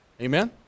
Amen